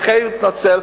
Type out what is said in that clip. ואחרי שהוא התנצל,